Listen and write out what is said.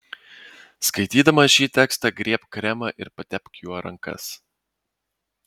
skaitydama šį tekstą griebk kremą ir patepk juo rankas